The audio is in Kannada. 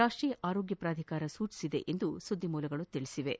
ರಾಷ್ಟೀಯ ಆರೋಗ್ಯ ಪ್ರಾಧಿಕಾರ ಸೂಚಿಸಿದೆ ಎಂದು ಮೂಲಗಳು ತಿಳಿಸಿವೆ